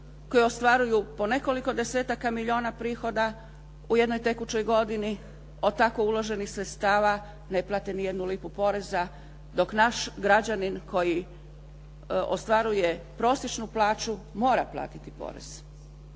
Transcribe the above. koji ostvaruju po nekoliko desetaka milijuna prihoda u jednoj tekućoj godini, od tako uloženih sredstava ne plate ni jednu lipu poreza. Dok naš građanin koji ostvaruje prosječnu plaću mora platiti porez,